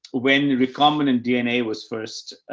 when recombinant dna was first,